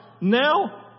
now